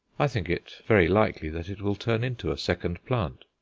i think it very likely that it will turn into a second plant.